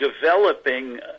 developing